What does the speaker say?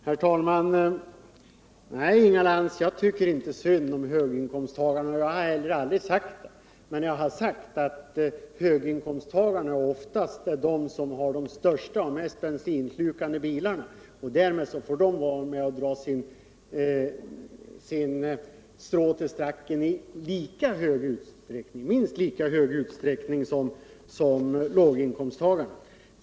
Herr talman! Nej, Inga Lantz, jag tycker inte synd om höginkomsttagarna, och det har jag heller aldrig sagt. Men jag har sagt att det oftast är de som har de största och mest bensinslukande bilarna, och därmed får de dra sitt strå till stacken i minst lika stor utsträckning som låginkomsttagarna.